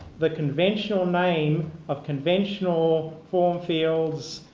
the conventional name of conventional form fields,